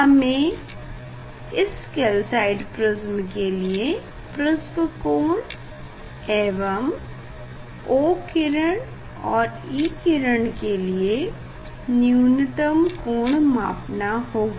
हमें इस calcite prism के लिए प्रिस्म कोण एवं O किरण और E किरण के लिए न्यूनतम कोण मापना होगा